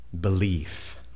belief